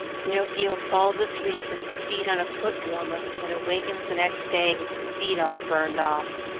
pinocchio falls asleep with his feet on a foot warmer, and awakens the next day with his feet all burned off.